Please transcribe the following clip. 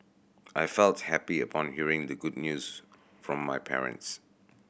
I felt happy upon hearing the good news from my parents